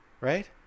right